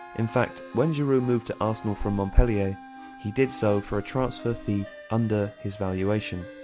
in fact when giroud moved to arsenal from montpellier he did so for a transfer fee under his valuation,